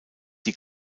die